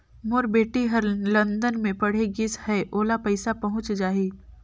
मोर बेटी हर लंदन मे पढ़े गिस हय, ओला पइसा पहुंच जाहि?